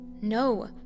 No